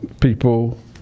people